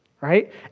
right